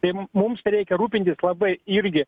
ir mums reikia rūpintis labai irgi